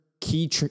key